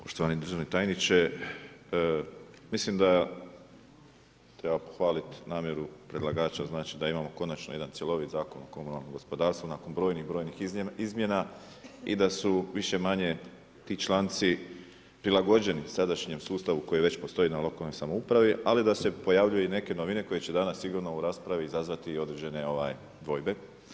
Poštovani državni tajniče, mislim da treba pohvaliti namjeru predlagača, znači da imamo jedan cjelovit Zakon o komunalnom gospodarstvu, nakon brojnih i brojnih izmjena i da su vriš manje ti članci prilagođeni sadašnjem sustavu koji već postoji na lokalnoj samoupravi, ali da se pojavljuju i neke novine, koji će danas sigurno u raspravi izazvati i određene dvojbe.